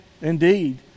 indeed